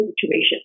situation